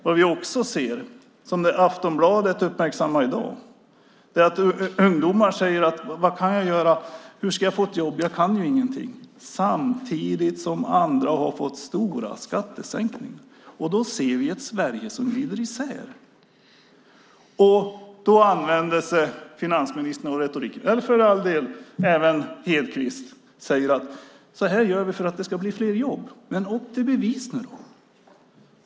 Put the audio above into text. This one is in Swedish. Vad vi också ser, och som Aftonbladet uppmärksammar i dag, är att ungdomar säger: Vad kan jag göra? Hur ska jag få jobb? Jag kan ju ingenting! Samtidigt har andra fått stora skattesänkningar. Vi ser ett Sverige som glider isär. Då använder sig finansministern, för all del även Hedquist, av retorik och säger: Så här gör vi för att det ska bli fler jobb! Men upp till bevis nu!